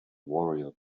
warrior